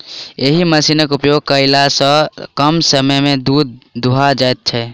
एहि मशीनक उपयोग कयला सॅ कम समय मे दूध दूहा जाइत छै